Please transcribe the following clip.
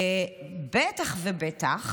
בטח ובטח